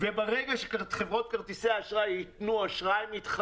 וברגע שחברות כרטיסי האשראי מתחרה,